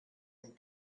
and